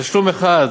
תשלום אחד